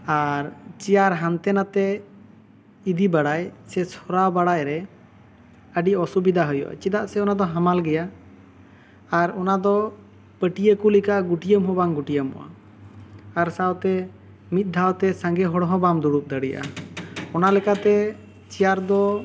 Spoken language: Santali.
ᱟᱨ ᱪᱮᱭᱟᱨ ᱦᱟᱱᱛᱮ ᱱᱷᱟᱛᱮ ᱤᱫᱤ ᱵᱟᱲᱟᱭ ᱥᱮ ᱥᱚᱨᱟᱣ ᱵᱟᱲᱟᱭ ᱨᱮ ᱟᱹᱰᱤ ᱚᱥᱩᱵᱤᱫᱷᱟ ᱦᱩᱭᱩᱜᱼᱟ ᱪᱮᱫᱟᱜ ᱥᱮ ᱚᱱᱟ ᱫᱚ ᱡᱟᱢᱟᱞ ᱜᱮᱭᱟ ᱟᱨ ᱚᱱᱟ ᱫᱚ ᱯᱟᱹᱴᱤᱭᱟᱹ ᱠᱚ ᱞᱮᱠᱟ ᱜᱩᱴᱤᱭᱟᱹᱣ ᱦᱚᱸ ᱵᱟᱝ ᱜᱩᱴᱤᱭᱟᱹᱢᱚᱜᱼᱟ ᱟᱨ ᱥᱟᱶᱛᱮ ᱢᱤᱫ ᱫᱷᱟᱶ ᱛᱮ ᱥᱟᱸᱜᱮ ᱦᱚᱲ ᱦᱚᱸ ᱵᱟᱢ ᱫᱩᱲᱩᱵ ᱫᱟᱲᱮᱭᱟᱜᱼᱟ ᱚᱱᱟ ᱞᱮᱠᱟ ᱛᱮ ᱪᱮᱭᱟᱨ ᱫᱚ